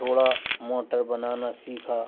थोड़ा मोटर बनाना सीखा